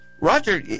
roger